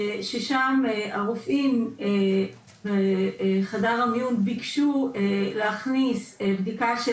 ששם הרופאים בחדר המיון ביקשו להכניס בדיקה של